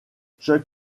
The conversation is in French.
chuck